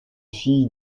fille